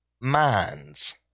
minds